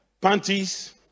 Panties